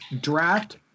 draft